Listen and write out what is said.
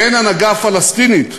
אין הנהגה פלסטינית שתתעמת,